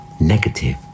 negative